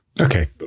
okay